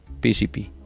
pcp